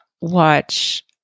watch